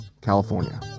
California